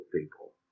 people